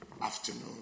afternoon